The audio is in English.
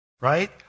right